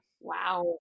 Wow